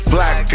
Black